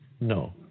No